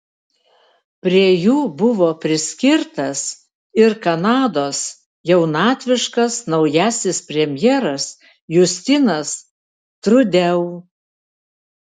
prie jų buvo priskirtas ir kanados jaunatviškas naujasis premjeras justinas trudeau